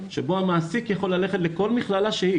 בו המעסיק יכול ללכת לכל מכללה שהיא,